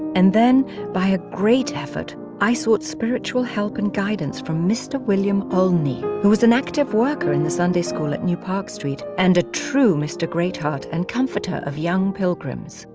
and then by a great effort i sought spiritual help and guidance from mr. william olney who was an active worker in the sunday school at new park street and a true mr. greatheart and comforter of young pilgrims.